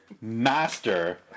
master